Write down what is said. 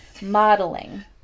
modeling